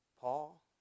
Paul